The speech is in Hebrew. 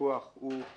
הוא היה